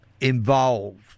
involved